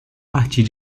partir